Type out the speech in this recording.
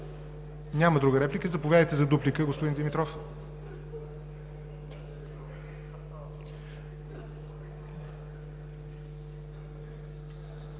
ли други реплики? Няма. Заповядайте за дуплика, господин Димитров.